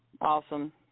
Awesome